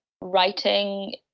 writing